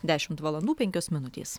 dešimt valandų penkios minutės